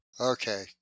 Okay